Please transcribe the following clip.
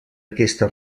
aquesta